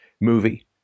movie